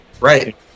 Right